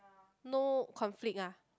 no conflict ah